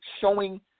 showing